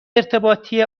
ارتباطی